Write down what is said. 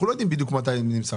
אנחנו לא יודעים בדיוק מה זה נמסר.